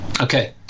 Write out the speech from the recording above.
Okay